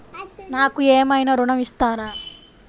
నాకు ఏమైనా ఋణం ఇస్తారా?